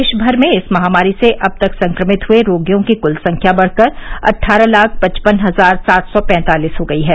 देश भर में इस महामारी से अब तक संक्रमित हुए रोगियों की कल संख्या बढकर अट्ठारह लाख पचपन हजार सात सौ पैंतालीस हो गई है